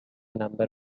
number